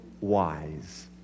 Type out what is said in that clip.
wise